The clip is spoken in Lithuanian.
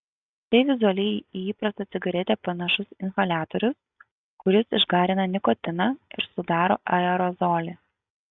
tai vizualiai į įprastą cigaretę panašus inhaliatorius kuris išgarina nikotiną ir sudaro aerozolį